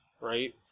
Right